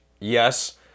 yes